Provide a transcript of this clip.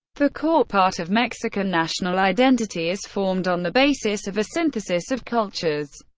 the core part of mexican national identity is formed on the basis of a synthesis of cultures,